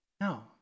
No